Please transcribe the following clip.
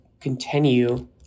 continue